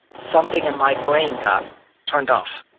something in my brain got turned off.